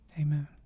Amen